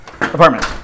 apartment